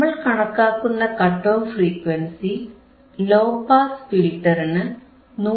നമ്മൾ കണക്കാക്കുന്ന cut off frequency low pass ഫിൽറ്ററിന് 159